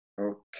Okay